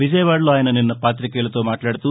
విజయవాడలో ఆయన నిన్న పాతికేయులతో మాట్లాడుతూ